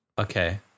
Okay